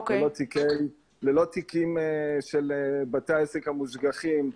הוא עובד ללא תיקים של בתי העסק המושגחים,